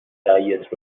سعیت